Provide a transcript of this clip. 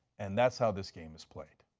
and that is how this game is played.